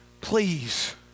please